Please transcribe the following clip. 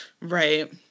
Right